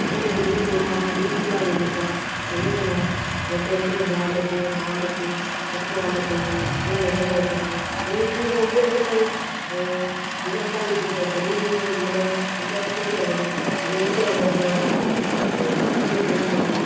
हून जेह्का गौरमेंट ने बीह् बीह् ज्हार रपेआ दित्ता ओह्दे कन्नै जागतें जेह्के बैट लैत्ते बॉल लैत्ते फुटबॉल लैत्ते खेल्लनै ताहीं लैत्ते स्कूल गी ते औंदे हे पर जि'नें पढ़ाई छड्डी दित्ती दी मुडें उं'दे आस्तै बी आए दे विलेज च आए दा पैसा ते खेल्लदे न रोज